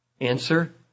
Answer